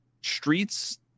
streets